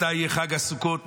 מתי יהיה חג הסוכות,